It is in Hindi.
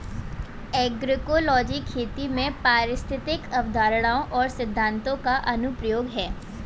एग्रोइकोलॉजी खेती में पारिस्थितिक अवधारणाओं और सिद्धांतों का अनुप्रयोग है